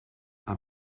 are